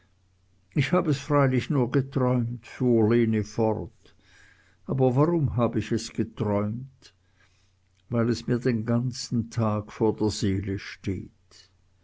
ich hab es freilich nur geträumt fuhr lene fort aber warum hab ich es geträumt weil es mir den ganzen tag vor der seele steht